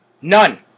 none